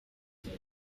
major